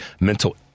mental